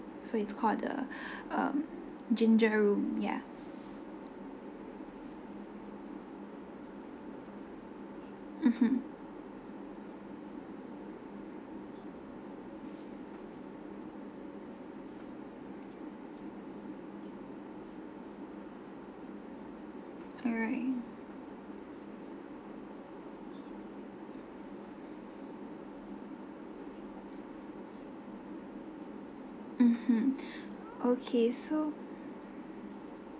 so it's called the um ginger room yeah mmhmm alright mmhmm okay so